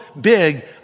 big